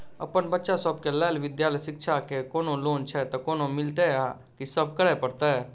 अप्पन बच्चा सब केँ लैल विधालय शिक्षा केँ कोनों लोन छैय तऽ कोना मिलतय आ की सब करै पड़तय